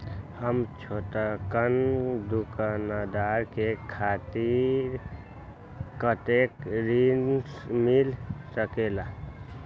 हम छोटकन दुकानदार के खातीर कतेक ऋण मिल सकेला?